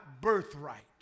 birthright